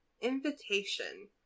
invitation